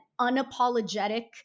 unapologetic